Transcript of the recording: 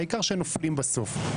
העיקר שנופלים בסוף,